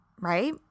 right